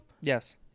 Yes